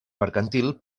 mercantil